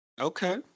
Okay